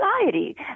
society